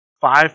five